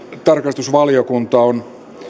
tarkastusvaliokunta on